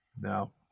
No